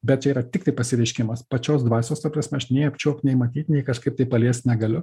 bet čia yra tiktai pasireiškimas pačios dvasios ta prasme aš nei apčiuopt nei matyt nei kažkaip tai paliest negaliu